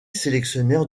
sélectionneur